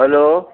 hello